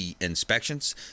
inspections